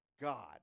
God